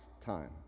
time